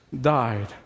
died